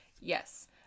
yes